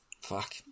fuck